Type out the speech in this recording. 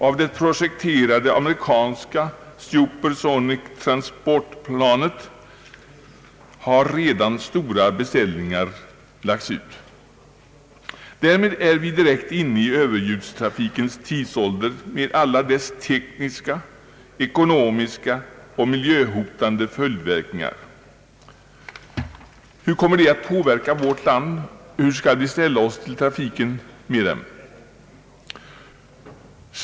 Av det projekterade amerikanska SST-planet har redan stora beställningar gjorts. Därmed är vi inne i överljudstrafikens tidsålder med alla dess tekniska, eko nomiska och miljöhotande verkningar. Hur kommer detta att påverka vårt land, hur skall vi ställa oss till denna trafik?